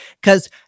because-